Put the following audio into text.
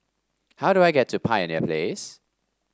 how do I get to Pioneer Place